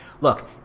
Look